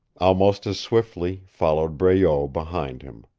almost as swiftly followed breault behind him.